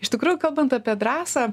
iš tikrųjų kalbant apie drąsą